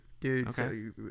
dude